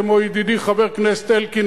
כמו ידידי חבר הכנסת אלקין,